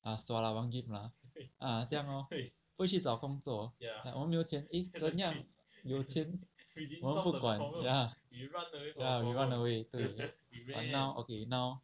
ah sua lah 玩 game lah ah 这样 lor 不会去找工作我们没有钱 eh 怎样有钱我们不管 ya ya we run away 对 but now okay now